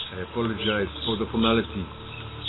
i apologize for the formalities,